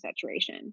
saturation